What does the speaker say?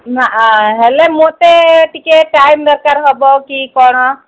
ନା ହେଲେ ମୋତେ ଟିକିଏ ଟାଇମ୍ ଦରକାର ହେବ କି କ'ଣ